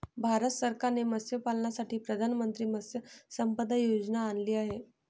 भारत सरकारने मत्स्यपालनासाठी प्रधानमंत्री मत्स्य संपदा योजना आणली आहे